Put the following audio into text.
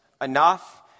enough